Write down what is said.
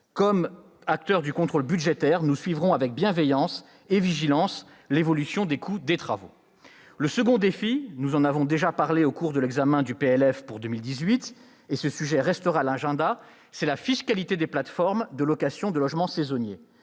qu'acteurs du contrôle budgétaire, nous suivrons avec bienveillance et vigilance l'évolution des coûts des travaux. Le second défi- nous en avons déjà parlé au cours de l'examen du projet de loi de finances pour 2018 et ce sujet restera à l'agenda-, c'est la fiscalité des plateformes de location de logements saisonniers.